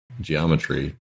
geometry